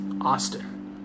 Austin